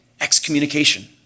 excommunication